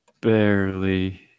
Barely